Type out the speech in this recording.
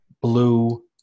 blue